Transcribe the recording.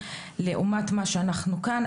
לעומת מה שאנחנו כאן,